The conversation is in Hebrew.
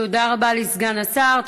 תודה רבה לסגן השר.